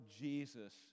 Jesus